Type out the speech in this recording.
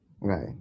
right